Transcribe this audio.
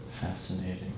Fascinating